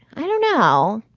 i don't know.